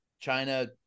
China